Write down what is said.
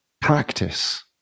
practice